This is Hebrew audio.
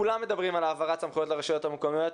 כולם מדברים על העברת סמכויות לרשויות המקומיות.